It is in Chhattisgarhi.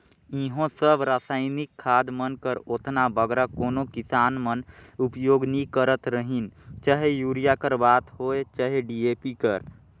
इहों सब रसइनिक खाद मन कर ओतना बगरा कोनो किसान मन उपियोग नी करत रहिन चहे यूरिया कर बात होए चहे डी.ए.पी कर